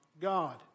God